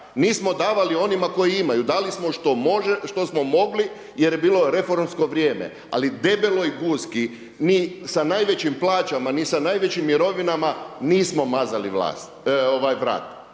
nismo davali onima koji imaju. Dali smo što smo mogli jer je bilo reformsko vrijeme, ali debeloj guski ni sa najvećim plaćama ni sa najvećim mirovinama nismo mazali vrat.